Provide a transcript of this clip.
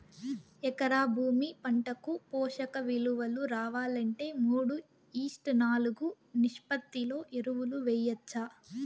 ఎకరా భూమి పంటకు పోషక విలువలు రావాలంటే మూడు ఈష్ట్ నాలుగు నిష్పత్తిలో ఎరువులు వేయచ్చా?